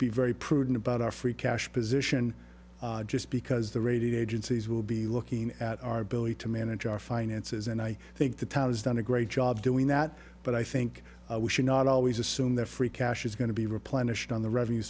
be very prudent about our free cash position just because the rating agencies will be looking at our ability to manage our finances and i think the town is done a great job doing that but i think we should not always assume that free cash is going to be replenished on the revenue